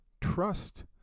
trust